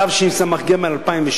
התשס"ג 2003,